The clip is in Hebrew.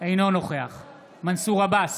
אינו נוכח מנסור עבאס,